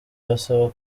abasaba